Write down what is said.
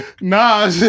nah